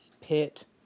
Pit